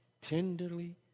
tenderly